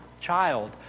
Child